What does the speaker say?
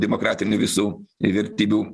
demokratinių visų vertybių